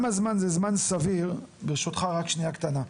כמה זמן זה זמן סביר, ברשותך, רק שנייה קטנה.